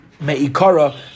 me'ikara